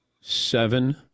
Seven